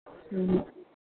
ம்